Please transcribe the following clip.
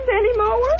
anymore